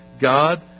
God